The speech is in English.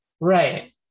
Right